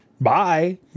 Bye